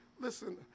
Listen